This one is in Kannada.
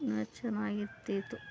ಚೆನ್ನಾಗಿರ್ತಿತ್ತು